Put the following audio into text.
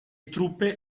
truppe